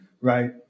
right